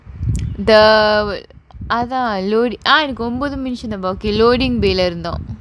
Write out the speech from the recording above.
the அதான்:athaan loading ah எனக்கு ஒம்பது நிமிஷம் தான்பா:enakku ombathu nimisham thaanpaa loading bay leh இருந்தோம்:irunthom